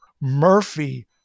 Murphy